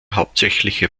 hauptsächliche